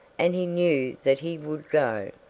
and he knew that he would go.